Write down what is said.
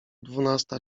dwunasta